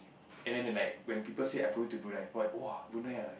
and then they like when people say I go to Brunei what !woah! Brunei ah